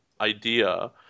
idea